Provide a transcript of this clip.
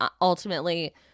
Ultimately